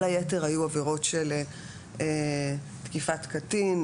כל היתר היו עבירות של תקיפת קטין,